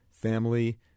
family